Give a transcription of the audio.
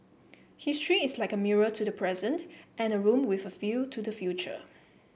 history is like a mirror to the present and a room with a view to the future